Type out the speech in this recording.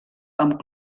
amb